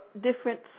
different